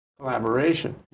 collaboration